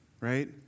right